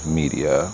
media